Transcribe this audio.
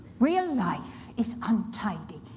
real life is untidy.